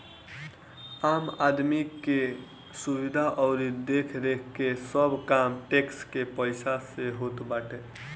आम आदमी के सुविधा अउरी देखरेख के सब काम टेक्स के पईसा से होत बाटे